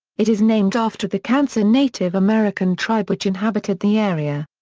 it is named after the kansa native american tribe which inhabited the area.